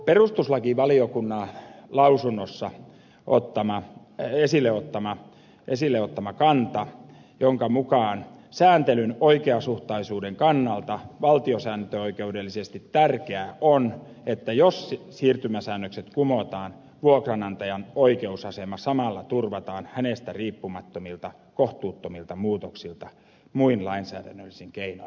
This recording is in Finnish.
perustuslakivaliokunta ottaa lausunnossaan esille kannan jonka mukaan sääntelyn oikeasuhtaisuuden kannalta valtiosääntöoikeudellisesti tärkeää on että jos siirtymäsäännökset kumotaan vuokranantajan oikeusasema samalla turvataan hänestä riippumattomilta kohtuuttomilta muutoksilta muin lainsäädännöllisin keinoin